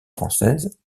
françaises